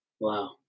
Wow